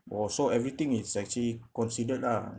oh so everything is actually considered lah